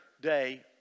day